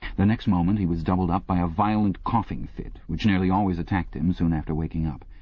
the next moment he was doubled up by a violent coughing fit which nearly always attacked him soon after waking up.